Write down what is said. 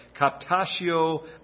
captatio